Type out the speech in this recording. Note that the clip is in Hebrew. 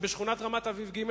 שבשכונת רמת-אביב ג',